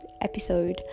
episode